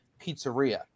Pizzeria